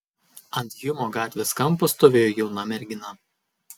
ant hjumo gatvės kampo stovėjo jauna mergina